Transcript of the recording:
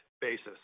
basis